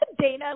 Dana